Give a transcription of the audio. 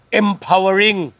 empowering